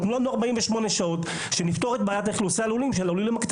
תנו לנו 48 שעות כדי שנפתור את הבעיה של הלולים הקטנים.